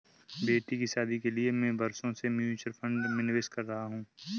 बेटी की शादी के लिए मैं बरसों से म्यूचुअल फंड में निवेश कर रहा हूं